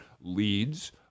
leads